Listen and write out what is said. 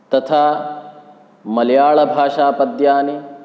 तथा मलयालभाषापद्यानि